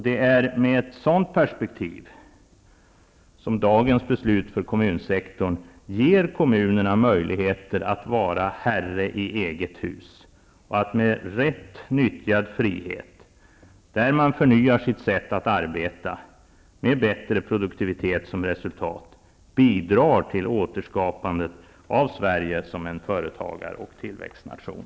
Det är ur ett sådant perspektiv som dagens beslut för kommunsektorn ger kommunerna möjligheter att vara herre i eget hus och att med rätt nyttjad frihet -- där man förnyar sitt sätt att arbeta, med bättre produktivitet som resultat -- bidrar till återskapandet av Sverige som en företagar och tillväxtnation.